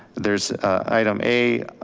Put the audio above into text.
there's item a,